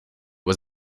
was